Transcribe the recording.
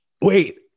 Wait